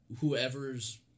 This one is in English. whoever's